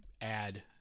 add